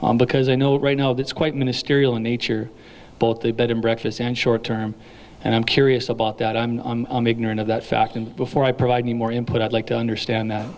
that because i know right now it's quite ministerial in nature both the bed and breakfast and short term and i'm curious about that i'm ignorant of that fact and before i provide any more input i'd like to understand that